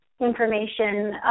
information